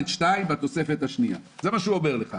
הוא אומר לך: